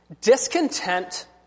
discontent